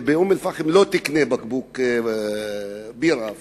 באום-אל-פחם לא תקנה בקבוק בירה אפילו.